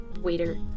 waiter